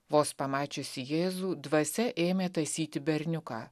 vos pamačiusi jėzų dvasia ėmė tąsyti berniuką